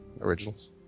originals